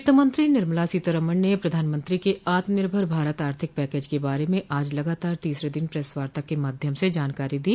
वित्त मंत्री निर्मला सीतारामन ने प्रधानमंत्री के आत्म निर्मर भारत आर्थिक पैकेज के बारे में आज लगातार तीसरे दिन प्रेस वार्ता के माध्यम से जानकारी दी